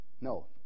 No